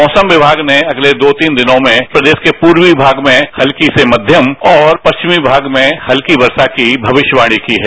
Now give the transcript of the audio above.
मौसम विमाग ने अगले दो तीन दिनों में प्रदेश के पूर्वी विभाग में हल्की से मध्यम और परिचमी भाग में हल्की वर्षा की भविष्यवाणी की है